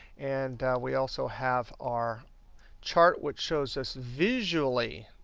and we also have our chart, which shows this visually,